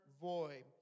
void